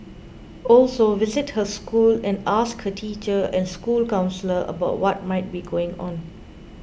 also visit her school and ask her teacher and school counsellor about what might be going on